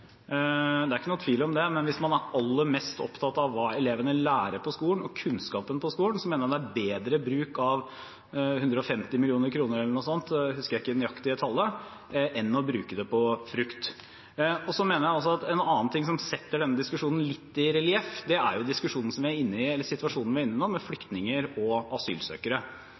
Det er ikke noen tvil om det, men hvis man er aller mest opptatt av hva elevene lærer på skolen og kunnskapen på skolen, mener jeg det finnes bedre bruk av 150 mill. kr eller noe sånt – jeg husker ikke det nøyaktige tallet – enn å bruke det på frukt. Jeg mener også at en annen ting som setter denne diskusjonen litt i relieff, er situasjonen vi er inne i nå med flyktninger og asylsøkere. I lys av denne situasjonen, hvor vi